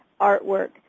artwork